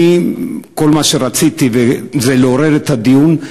כל מה שרציתי זה לעורר את הדיון.